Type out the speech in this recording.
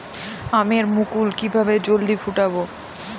আমের মুকুল কিভাবে জলদি ফুটাব?